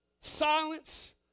Silence